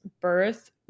birth